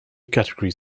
categories